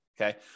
Okay